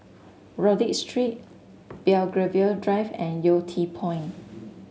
Rodyk Street Belgravia Drive and Yew Tee Point